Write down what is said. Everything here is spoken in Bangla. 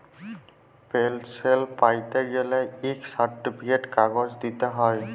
পেলসল প্যাইতে গ্যালে ইক সার্টিফিকেট কাগজ দিইতে হ্যয়